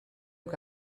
que